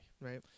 Right